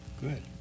Good